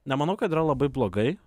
nemanau kad yra labai blogai